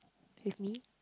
with me